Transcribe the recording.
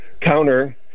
counter